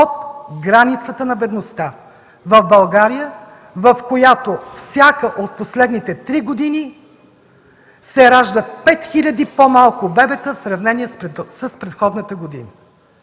под границата на бедността, в България, в която всяка от последните три години се раждат пет хиляди бебета по-малко в сравнение с предходната година.